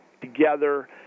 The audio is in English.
together –